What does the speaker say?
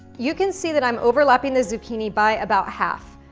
you can see that i'm overlapping the zucchini by about half.